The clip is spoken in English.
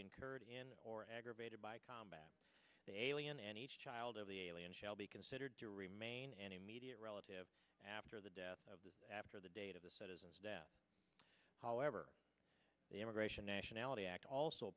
incurred in or aggravated by combat alien any child of the alien shall be considered to remain an immediate relative after the death of the after the date of the citizens death however the immigration nationality act also